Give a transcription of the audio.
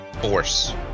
force